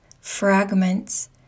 fragments